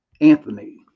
Anthony